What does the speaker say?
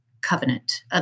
covenant